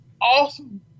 awesome